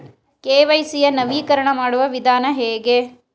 KYC ಯ ನವೀಕರಣ ಮಾಡುವ ವಿಧಾನ ಹೇಗೆ?